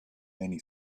many